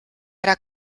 era